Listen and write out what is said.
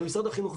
אבל משרד החינוך,